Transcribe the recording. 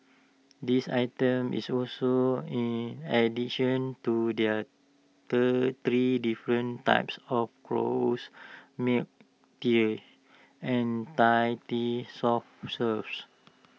this item is also in addition to their third three different types of rose milk teas and Thai tea soft serves